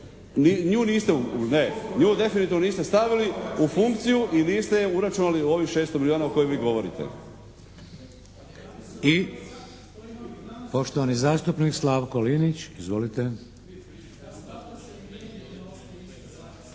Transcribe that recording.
nju niste, nju definitivno niste stavili u funkciju i niste je uračunali u ovih 600 milijuna o kojima vi govorite. **Šeks, Vladimir (HDZ)** I poštovani zastupnik Slavko Linić. Izvolite!